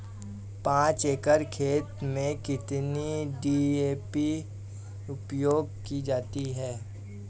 पाँच एकड़ खेत में कितनी डी.ए.पी उपयोग की जाती है?